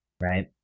Right